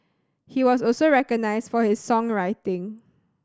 he was also recognised for his songwriting